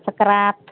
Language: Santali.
ᱥᱟᱠᱨᱟᱛ